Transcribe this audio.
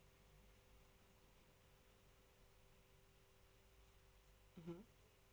mmhmm